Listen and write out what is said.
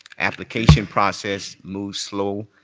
application process moves slow.